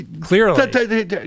Clearly